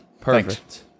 perfect